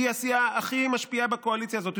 היא הסיעה הכי משפיעה בקואליציה הזאת,